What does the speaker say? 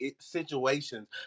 situations